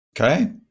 Okay